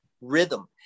rhythm